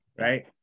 right